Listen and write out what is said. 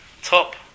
top